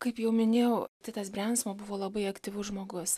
kaip jau minėjau titas briansmo buvo labai aktyvus žmogus